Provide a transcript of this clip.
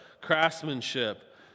craftsmanship